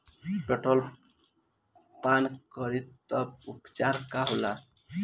Petrol पान करी तब का उपचार होखेला?